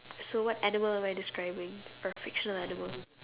so what animal am I describing a fictional animal